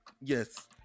Yes